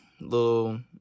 little